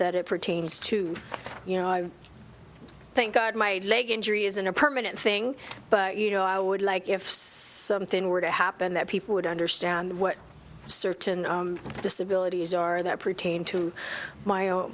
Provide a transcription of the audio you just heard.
that it pertains to you know i thank god my leg injury isn't a permanent thing but you know i would like if something were to happen that people would understand what certain disabilities are that pertain to my